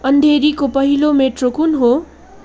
अँधेरीको पहिलो मेट्रो कुन हो